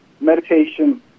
meditation